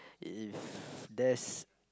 if there's